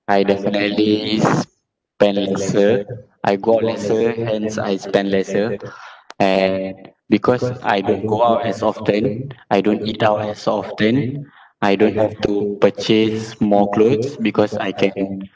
I definitely s~ spend lesser I go out lesser hence I spend lesser and because I don't go out as often I don't eat out as often I don't have to purchase more clothes because I can